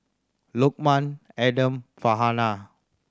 Lokman Adam Farhanah